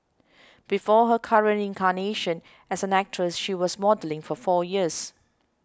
before her current incarnation as an actor she was modelling for four years